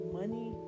money